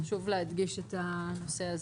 חשוב להדגיש את הנושא זה.